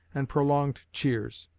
and prolonged cheers.